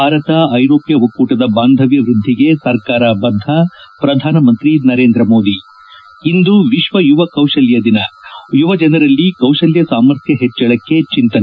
ಭಾರತ ಐರೋಪ್ಯ ಒಕ್ಕೂಟದ ಬಾಂಧವ್ಯ ವೃದ್ಧಿಗೆ ಸರ್ಕಾರ ಬದ್ಧ ಪ್ರಧಾನಮಂತ್ರಿ ನರೇಂದ್ರ ಮೋದಿ ಇಂದು ವಿಶ್ವ ಯುವ ಕೌಶಲ್ಯ ದಿನ ಯವಜನರಲ್ಲಿ ಕೌಶಲ್ಯ ಸಾಮರ್ಥ್ಯ ಹೆಚ್ಚಳಕ್ಕೆ ಚಿಂತನೆ